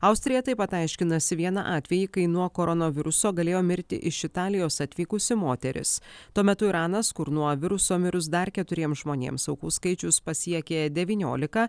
austrija taip pat aiškinasi vieną atvejį kai nuo koronaviruso galėjo mirti iš italijos atvykusi moteris tuo metu iranas kur nuo viruso mirus dar keturiems žmonėms aukų skaičius pasiekė devyniolika